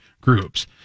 groups